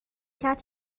کرد